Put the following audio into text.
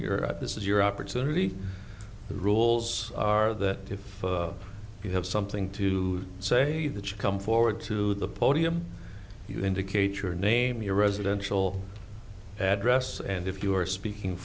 your this is your opportunity the rules are that if you have something to say that you come forward to the podium you indicate your name your residential address and if you are speaking